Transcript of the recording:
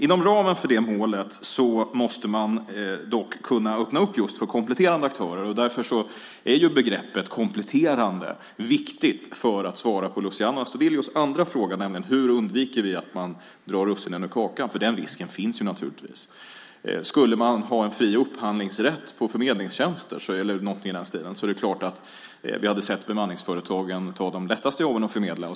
Inom ramen för det målet måste man dock kunna öppna upp för just kompletterande aktörer. Därför är begreppet "kompletterande" viktigt. Detta kan jag säga för att svara på Luciano Astudillos andra fråga, nämligen: Hur undviker vi att man plockar russinen ur kakan? Den risken finns naturligtvis. Skulle man ha en fri upphandlingsrätt i fråga om förmedlingstjänster eller någonting i den stilen är det klart att vi skulle se bemanningsföretagen ta de lättaste jobben att förmedla.